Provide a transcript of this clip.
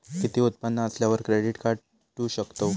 किती उत्पन्न असल्यावर क्रेडीट काढू शकतव?